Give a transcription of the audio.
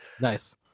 Nice